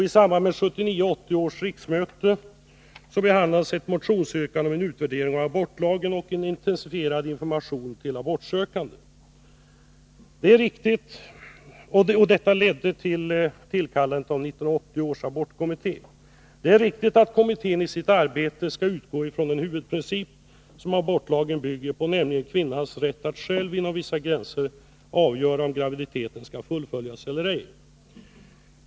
I samband med 1979/80 års riksmöte behandlades ett motionsyrkande om en utvärdering av abortlagen och en intensifierad information till abortsökande. Riksdagens beslut ledde då till tillkallandet av 1980 års abortkommitté. Det är riktigt att kommittén i sitt arbete skall utgå från den huvudprincip som abortlagen bygger på, nämligen kvinnans rätt att själv inom vissa gränser avgöra om graviditeten skall fullföljas eller ej.